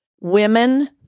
women